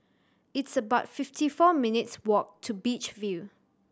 it's about fifty four minutes' walk to Beach View